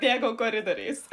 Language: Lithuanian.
bėgau koridoriais